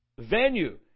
venue